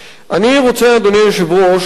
אני רוצה, אדוני היושב-ראש,